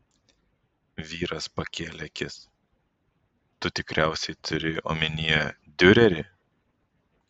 vyras pakėlė akis tu tikriausiai turi omenyje diurerį